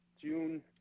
June